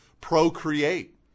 procreate